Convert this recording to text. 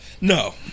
No